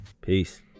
peace